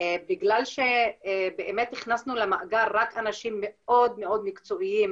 בגלל שהכנסנו למאגר רק אנשים מאוד מאוד מקצועיים